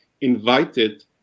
invited